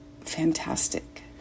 fantastic